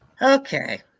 Okay